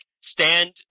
stand